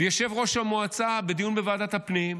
ויושב-ראש המועצה, בדיון בוועדת הפנים,